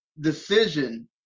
decision